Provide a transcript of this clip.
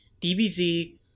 DBZ